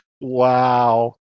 Wow